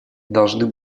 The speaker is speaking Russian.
должны